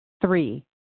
three